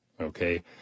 okay